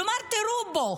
כלומר, תירו בו,